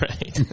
Right